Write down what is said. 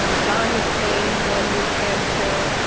um john mccain won new hampshire,